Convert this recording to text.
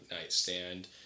nightstand